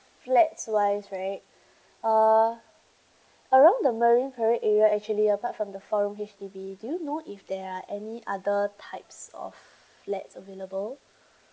flats wise right uh along the marine parade area actually apart from the four room H_D_B do you know if there are any other types of flats available